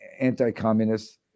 anti-communist